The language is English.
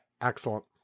Excellent